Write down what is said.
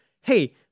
hey